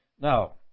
Now